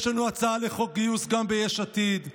יש לנו הצעה לחוק גיוס גם ביש עתיד.